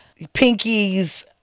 pinkies